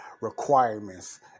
requirements